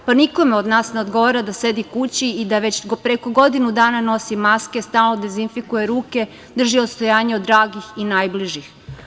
Pa, nikome od nas ne odgovara da sedi kući i da već preko godinu dana nosi maske, stalno dezinfikuje ruke, drži odstojanje od dragih i najbližih.